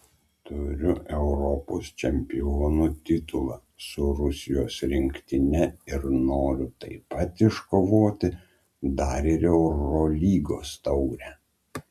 turiu europos čempionų titulą su rusijos rinktine ir noriu taip pat iškovoti dar ir eurolygos taurę